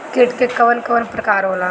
कीट के कवन कवन प्रकार होला?